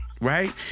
Right